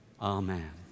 Amen